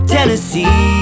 Tennessee